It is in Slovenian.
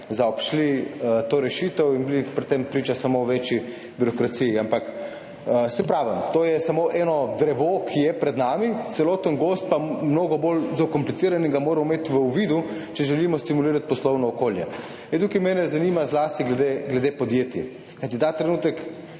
zaobšli to rešitev in bomo pri tem priča samo večji birokraciji. Ampak, saj pravim, to je samo eno drevo, ki je pred nami, celoten gozd, ki je pa mnogo bolj zakompliciran, moramo imeti v uvidu, če želimo stimulirati poslovno okolje. Mene zanima zlasti glede podjetij, kajti ta trenutek